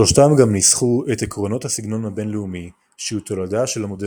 שלושתם גם ניסחו את עקרונות הסגנון הבינלאומי שהוא תולדה של המודרניזם.